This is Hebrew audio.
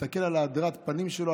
להסתכל על הדרת הפנים שלו,